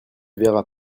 verra